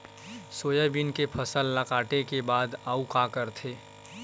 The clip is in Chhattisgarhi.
सोयाबीन के फसल ल काटे के बाद आऊ का करथे?